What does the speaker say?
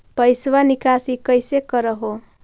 पैसवा निकासी कैसे कर हो?